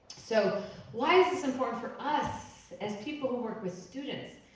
so why is this important for us as people who work with students?